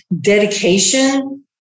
dedication